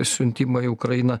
siuntimą į ukrainą